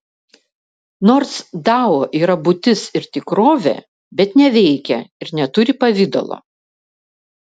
nors dao yra būtis ir tikrovė bet neveikia ir neturi pavidalo